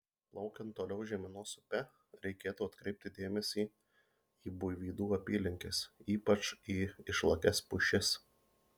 plaukiant toliau žeimenos upe reikėtų atkreipti dėmesį į buivydų apylinkes ypač į išlakias pušis